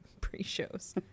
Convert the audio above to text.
pre-shows